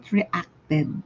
reacted